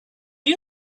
you